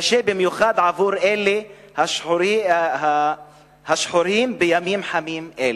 קשה במיוחד עבור אלה השחורים בימים חמים אלה".